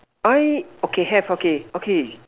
I okay have okay okay